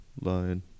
line